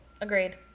Agreed